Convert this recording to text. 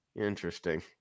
Interesting